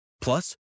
Plus